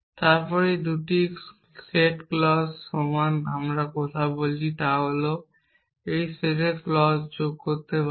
তারপর 2 set clause সমান অন্য কথায় আমরা যা বলছি তা হল আমরা সেটে ক্লজ যোগ করতে পারি